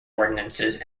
ordinances